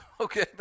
Okay